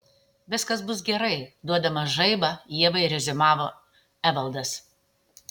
viskas bus gerai duodamas žaibą ievai reziumavo evaldas